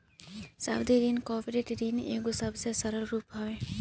सावधि ऋण कॉर्पोरेट ऋण के एगो सबसे सरल रूप हवे